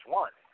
one